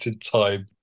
time